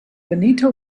benito